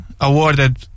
awarded